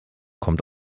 kommt